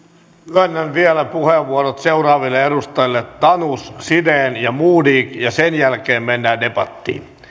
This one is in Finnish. myönnän vielä puheenvuorot seuraaville edustajille tanus siren ja modig sen jälkeen mennään debattiin